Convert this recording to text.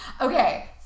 Okay